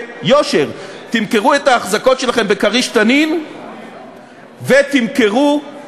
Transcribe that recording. קבוצת סיעת המחנה הציוני וקבוצת סיעת הרשימה המשותפת לסעיף 1 לא נתקבלה.